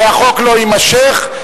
והחוק לא יימשך,